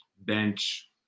bench